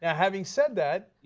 yeah having said that,